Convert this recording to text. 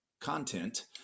content